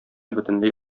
бөтенләй